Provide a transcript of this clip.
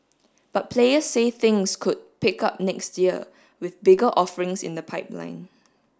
but players say things could pick up next year with bigger offerings in the pipeline